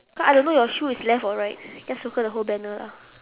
cause I don't know your shoe is left or right just circle the whole banner lah